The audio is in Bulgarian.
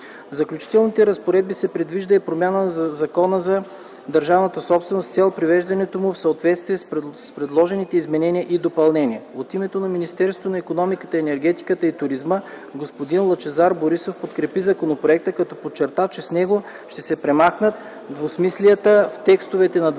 В заключителните разпоредби се предвижда и промяна в Закона за държавната собственост с цел привеждането му в съответствие с предложените изменения и допълнения. От името на Министерството на икономиката, енергетиката и туризма господин Лъчезар Борисов подкрепи законопроекта, като подчерта, че с него ще се премахнат двусмислията в текстовете на двата